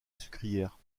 sucrière